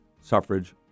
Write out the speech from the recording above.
Suffrage